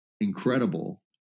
incredible